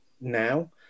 now